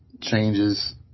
changes